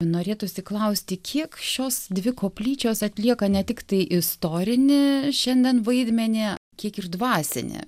norėtųsi klausti kiek šios dvi koplyčios atlieka ne tiktai istorinį šiandien vaidmenį kiek ir dvasinį